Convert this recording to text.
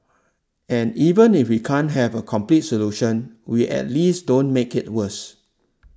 and even if we can't have a complete solution we at least don't make it worse